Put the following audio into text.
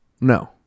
No